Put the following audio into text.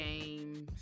games